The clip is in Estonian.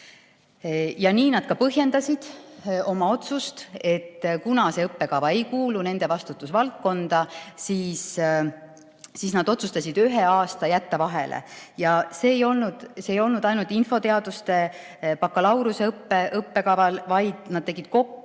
Ja nii nad ka põhjendasid oma otsust, et kuna see õppekava ei kuulu nende vastutusvaldkonda, siis nad otsustasid ühe aasta vahele jätta. Ja see [otsus] ei olnud ainult infoteaduse bakalaureuseõppe õppekava kohta, vaid nad tegid lisaks